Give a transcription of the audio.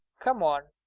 come on.